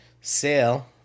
Sale